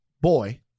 boy